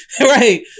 right